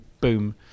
boom